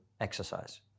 exercise